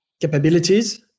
capabilities